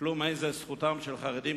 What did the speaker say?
כלום אין זו זכותם של חרדים,